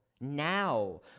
now